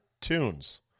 tunes